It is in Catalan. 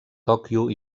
tòquio